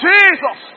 Jesus